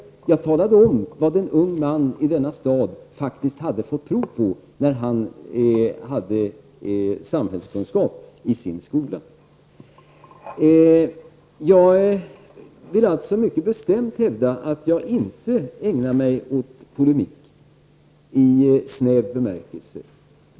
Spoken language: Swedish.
Jag talade om vad en ung man i denna stad faktiskt hade fått prov på när han läste samhällskunskap. Jag vill mycket bestämt hävda att jag inte ägnar mig åt polemik i snäv bemärkelse.